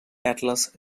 atlas